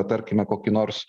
tarkime kokį nors